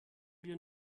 wir